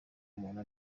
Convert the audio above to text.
muntu